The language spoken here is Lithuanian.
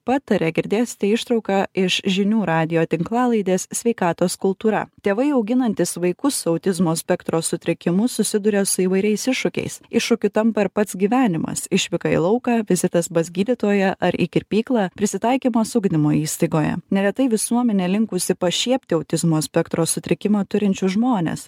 pataria girdėsite ištrauką iš žinių radijo tinklalaidės sveikatos kultūra tėvai auginantys vaikus su autizmo spektro sutrikimu susiduria su įvairiais iššūkiais iššūkiu tampa ir pats gyvenimas išvyka į lauką vizitas pas gydytoją ar į kirpyklą prisitaikymas ugdymo įstaigoje neretai visuomenė linkusi pašiepti autizmo spektro sutrikimą turinčius žmones